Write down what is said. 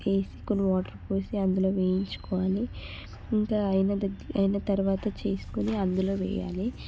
వేసి కొన్ని వాటర్ పోసి అందులో వేయించుకోవాలి ఇంకా అయిన దగ్గర అయిన తర్వాత చేసుకుని అందులో వేయాలి